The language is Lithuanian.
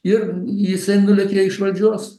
ir jisai nulekia iš valdžios